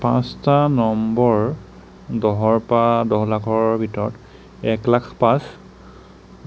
পাঁচটা নম্বৰ দহৰপৰা দহ লাখৰ ভিতৰত এক লাখ পাঁচ